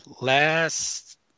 last